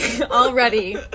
already